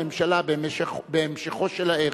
הממשלה בהמשכו של הערב,